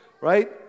Right